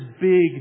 big